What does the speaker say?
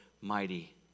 mighty